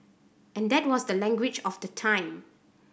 and that was the language of the time